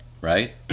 right